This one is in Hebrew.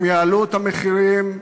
הם יעלו את המחירים,